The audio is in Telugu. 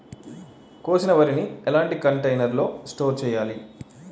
కోసిన వరిని ఎలాంటి కంటైనర్ లో స్టోర్ చెయ్యాలి?